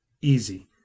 easy